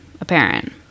apparent